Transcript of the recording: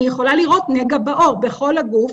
יש הרבה מאוד אנשים שבאים,